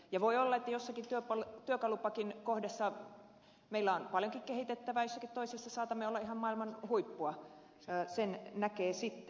ja voi olla että jossakin työkalupakin kohdassa meillä on paljonkin kehitettävää jossakin toisessa saatamme olla ihan maailman huippua sen näkee sitten